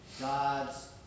God's